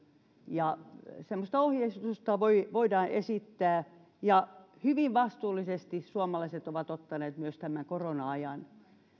ja semmoista ohjeistusta voidaan esittää ja hyvin vastuullisesti suomalaiset ovat ottaneet myös tämän korona ajan